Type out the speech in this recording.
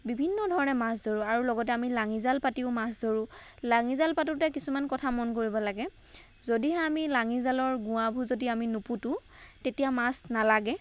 বিভিন্ন ধৰণে মাছ ধৰোঁ আৰু লগতে আমি লাঙি জাল পাতিও মাছ ধৰোঁ লাঙি জাল পাতোঁতে কিছুমান কথা মন কৰিব লাগে যদিহে আমি লাঙি জালৰ গোৱাবোৰ যদি নুপুতোঁ তেতিয়া মাছ নালাগে